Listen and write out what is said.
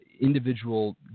individual